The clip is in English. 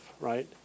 right